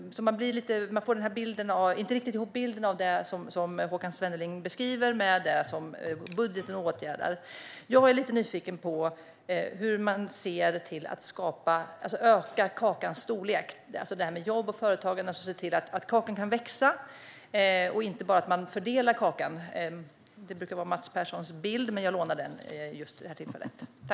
Jag får inte riktigt ihop bilden av det som Håkan Svenneling beskriver med det som budgeten åtgärdar. Hur kan man öka kakans storlek? Det handlar om jobb, företagande och att få kakan att växa, inte bara att fördela kakan. Det brukar vara Mats Perssons bild, men jag lånar den för det här tillfället.